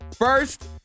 First